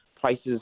prices